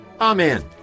Amen